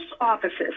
offices –